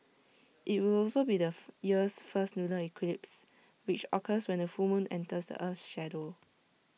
IT will also be the year's first lunar eclipse which occurs when A full moon enters the Earth's shadow